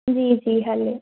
जी जी हले